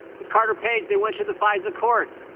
with carter page, they went to the fisa court.